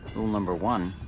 rule number one,